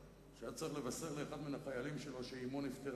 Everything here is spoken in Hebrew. שהיה צריך לבשר לאחד מן החיילים שלו שאמו נפטרה,